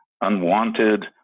unwanted